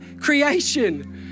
creation